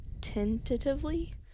tentatively